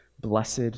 blessed